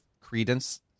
credence